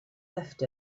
left